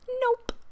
nope